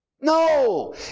No